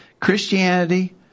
Christianity